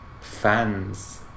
fans